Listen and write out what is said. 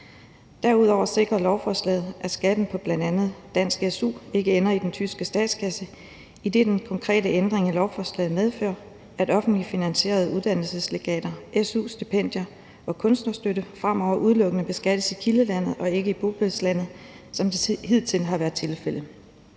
Derudover sikrer lovforslaget, at skatten på bl.a. dansk su ikke ender i den tyske statskasse, idet den konkrete ændring af lovforslaget medfører, at offentligt finansierede uddannelseslegater, su-stipendier og kunstnerstøtte fremover udelukkende beskattes i kildelandet og ikke i bopælslandet, som det hidtil har været tilfældet.